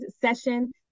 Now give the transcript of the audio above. session